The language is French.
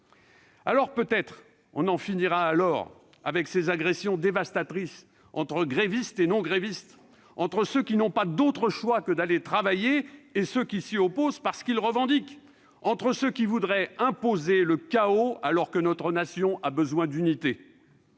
Alors peut-être en finirons-nous enfin avec ces agressions dévastatrices entre grévistes et non-grévistes, entre ceux qui n'ont pas d'autre choix que d'aller travailler et ceux qui s'y opposent parce qu'ils revendiquent et qui voudraient créer le chaos alors que notre nation a besoin d'unité